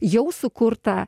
jau sukurtą